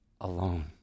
alone